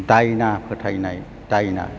दायना फोथायनाय दायना